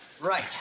Right